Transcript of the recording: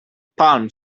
palm